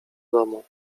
domu